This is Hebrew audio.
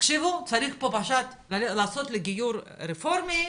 צריך פה פשוט לעשות גיור רפורמי,